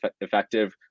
effective